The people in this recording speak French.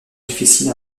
difficile